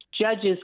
judges